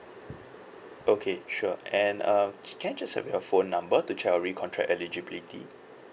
okay sure and uh can I just have your phone number to check your re-contract eligibility